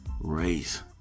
race